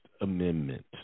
Amendment